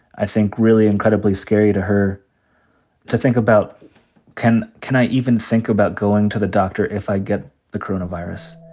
i think, really incredibly scary to her to think about can can i even think about going to the doctor if i get the coronavirus?